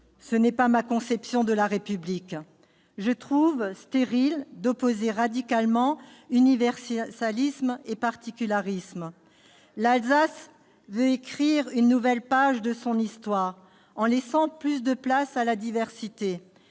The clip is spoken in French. n'est pas ma conception de la République. Je trouve stérile d'opposer radicalement universalisme et particularisme. L'Alsace veut écrire une nouvelle page de son histoire en laissant plus de place à la diversité.